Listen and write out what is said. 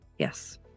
Yes